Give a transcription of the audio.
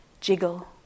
jiggle